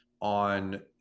on